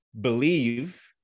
believe